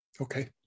Okay